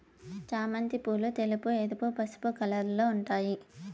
చామంతి పూలు తెలుపు, ఎరుపు, పసుపు కలర్లలో ఉంటాయి